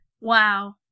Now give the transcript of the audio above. Wow